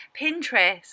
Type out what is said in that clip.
pinterest